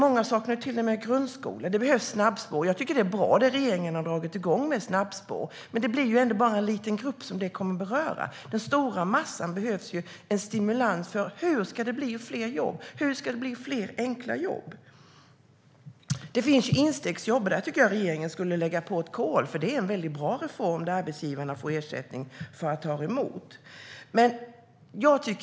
Många saknar till och med grundskoleutbildning. Det behövs snabbspår, och jag tycker att det som regeringen har dragit igång med detta är bra. Men det blir ändå bara en liten grupp som kommer att beröras av det. När det gäller den stora massan behövs en stimulans. Hur ska det bli fler jobb? Hur ska det bli fler enkla jobb? Det finns instegsjobb. Där tycker jag att regeringen borde lägga på ett kol, för det är en bra reform där arbetsgivarna får ersättning för att de tar emot.